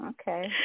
Okay